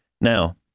Now